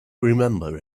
remember